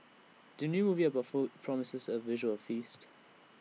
the new movie about food promises A visual feast